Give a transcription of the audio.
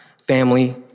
family